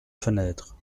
fenêtre